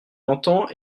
entend